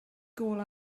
gôl